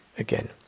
again